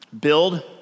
build